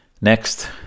Next